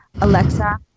Alexa